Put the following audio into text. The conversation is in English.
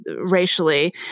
racially